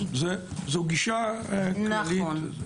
זו גישה כללית.